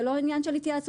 זה לא עניין של התייעצות.